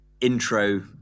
intro